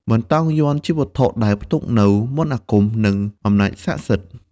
បន្តោងយ័ន្តជាវត្ថុដែលផ្ទុកនូវ មន្តអាគម និងអំណាចស័ក្តិសិទ្ធិ។